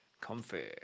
Comfy